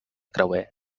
creuer